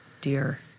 dear